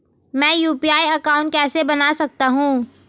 मैं UPI account कैसे बना सकता हूं?